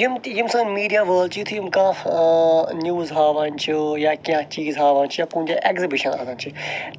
یِم تہِ یِم سٲنۍ میٖڈیا وٲلۍ چھ یُتھوٚے یِم کانٛہہ نِوٕز ہاوان چھ یا کینٛہہ چیٖز ہاوان چھِ یا کُنہ جایہِ ایٚگزِبِشَن آسان چھ